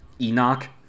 Enoch